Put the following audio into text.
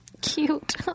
Cute